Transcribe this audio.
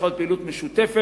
צריכה להיות פעילות משותפת.